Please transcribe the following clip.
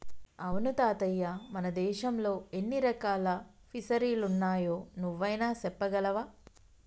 అవును తాతయ్య మన దేశంలో ఎన్ని రకాల ఫిసరీలున్నాయో నువ్వైనా సెప్పగలవా